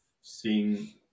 seeing